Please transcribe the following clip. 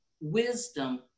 wisdom